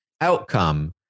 outcome